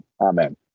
Amen